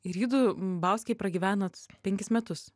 ir judu bauskėj pragyvenot penkis metus